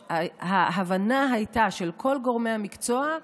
ההבנה הייתה, של כל גורמי המקצוע,